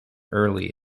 early